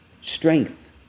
strength